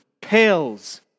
Pales